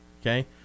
Okay